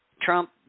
Trump